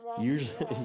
Usually